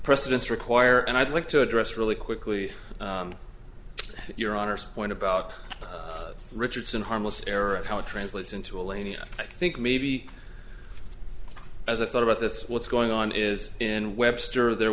precedents require and i'd like to address really quickly your honour's point about richardson harmless error and how it translates into a lady i think maybe as i thought about this what's going on is in webster there